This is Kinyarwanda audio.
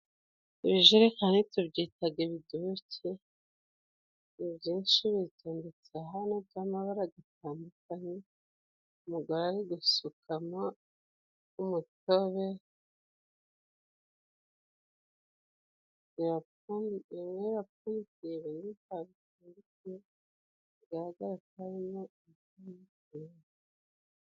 Ibijerekani tubyitaga ibiduke, ni byinshi bitondetse hano by'amabara gatandukanye umugore ari gusukamo umutobe, bimwe birapfundikiye ibindi nta bwo bipfundikiye bigaragara ko harimo.